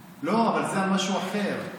לא, אבל זה על משהו אחר.